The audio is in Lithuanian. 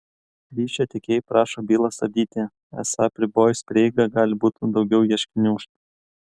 ryšio tiekėjai prašo bylą stabdyti esą apribojus prieigą gali būti daugiau ieškinių